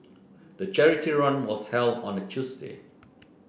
the charity run was held on a Tuesday